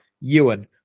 Ewan